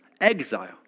exile